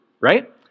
right